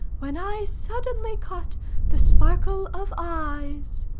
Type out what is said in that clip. when i suddenly caught the sparkle of eyes.